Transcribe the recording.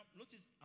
notice